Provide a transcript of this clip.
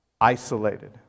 isolated